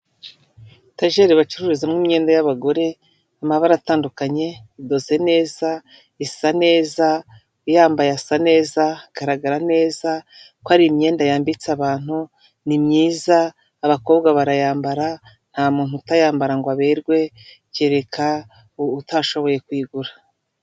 Tagere bacururizamo imyenda y'abagore, amabara atandukanye, idoze neza, isa neza, uyambaye asa neza, agaragara neza, kuko ari imyenda yambitse abantu, ni myiza, abakobwa barayambara, nta muntu utayambara ngo aberwe, kereka utashoboye kuyigura.